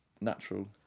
natural